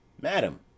Madam